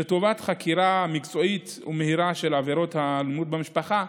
לטובת חקירה מקצועית ומהירה של עבירות האלימות במשפחה,